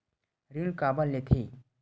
ऋण काबर लेथे?